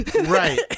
right